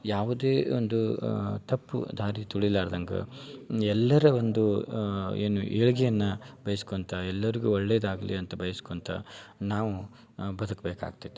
ಯಾವುದೇ ಒಂದು ತಪ್ಪು ದಾರಿ ತುಳಿಲಾರ್ದಂಗೆ ಎಲ್ಲರ ಒಂದು ಏನು ಏಳಿಗೆಯನ್ನ ಬಯಸ್ಕೊಳ್ತಾ ಎಲ್ಲರಿಗು ಒಳ್ಳೆಯದಾಗ್ಲಿ ಅಂತ ಬಯಸ್ಕೊಳ್ತಾ ನಾವು ಬದುಕಬೇಕಾಗ್ತೈತೆ